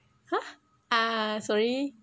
!huh! ah sorry